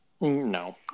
No